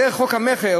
דרך חוק המכר,